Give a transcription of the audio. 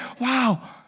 wow